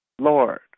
Lord